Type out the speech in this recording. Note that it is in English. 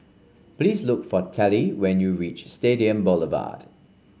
please look for Tallie when you reach Stadium Boulevard